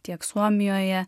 tiek suomijoje